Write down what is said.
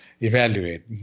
evaluate